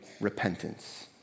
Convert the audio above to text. repentance